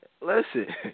listen